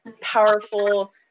powerful